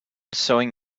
sewing